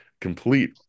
complete